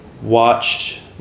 Watched